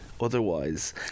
otherwise